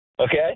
Okay